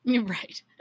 right